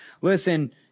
Listen